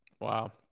Wow